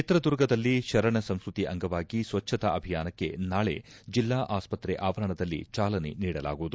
ಚಿತ್ರದುರ್ಗದಲ್ಲಿ ಶರಣ ಸಂಸ್ಕೃತಿ ಅಂಗವಾಗಿ ಸ್ವಚ್ಛತಾ ಅಭಿಯಾನಕ್ಕೆ ನಾಳೆ ಜೆಲ್ಲಾ ಆಸ್ಪತ್ರೆ ಆವರಣದಲ್ಲಿ ಚಾಲನೆ ನೀಡಲಾಗುವುದು